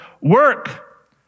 Work